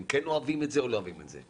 אם כן אוהבים את זה או לא אוהבים את זה,